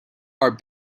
are